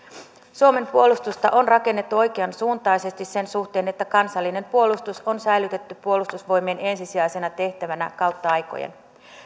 suomen puolustusta on rakennettu oikeansuuntaisesti sen suhteen että kansallinen puolustus on säilytetty puolustusvoimien ensisijaisena tehtävänä kautta aikojen